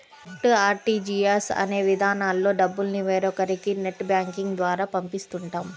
NEFT, RTGS అనే విధానాల్లో డబ్బుల్ని వేరొకరికి నెట్ బ్యాంకింగ్ ద్వారా పంపిస్తుంటాం